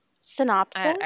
Synopsis